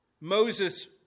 Moses